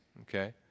okay